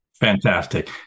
Fantastic